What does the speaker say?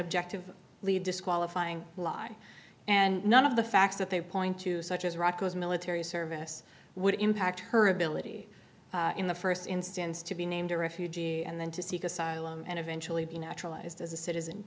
objective lead disqualifying lie and none of the facts that they point to such as rocco's military service would impact her ability in the first instance to be named a refugee and then to seek asylum and eventually be naturalized as a citizen